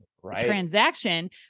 transaction